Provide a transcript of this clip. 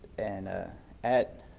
and ah at